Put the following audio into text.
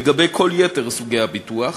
לגבי כל יתר סוגי הביטוח